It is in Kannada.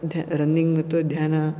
ಧ್ಯ ರನ್ನಿಂಗ್ ಅಥವಾ ಧ್ಯಾನ